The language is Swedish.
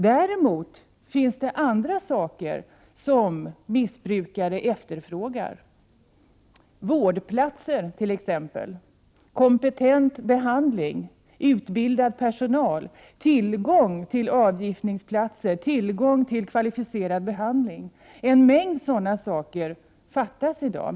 Däremot finns det andra saker som missbrukare efterfrågar, t.ex. vårdplatser, kompetent behandling, utbildad personal och tillgång till avgiftningsplatser. En mängd sådana saker fattas i dag.